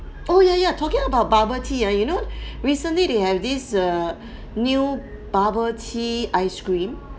oh ya ya talking about bubble tea ah you know recently they have this err new bubble tea ice cream